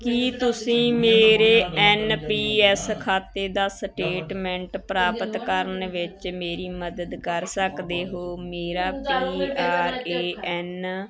ਕੀ ਤੁਸੀਂ ਮੇਰੇ N P S ਖਾਤੇ ਦਾ ਸਟੇਟਮੈਂਟ ਪ੍ਰਾਪਤ ਕਰਨ ਵਿੱਚ ਮੇਰੀ ਮਦਦ ਕਰ ਸਕਦੇ ਹੋ ਮੇਰਾ ਪੀ ਆਰ ਏ ਐੱਨ